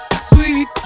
sweet